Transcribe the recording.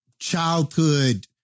childhood